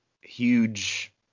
huge